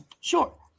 Sure